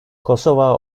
kosova